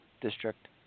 district